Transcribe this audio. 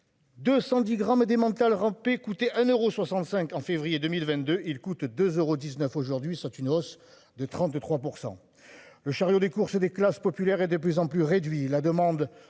210 grammes des mental ramper coûter un euros 65 en février 2022, il coûte 2 euros 19 aujourd'hui, soit une hausse de 33%. Le chariot des courses et des classes populaires et de plus en plus réduit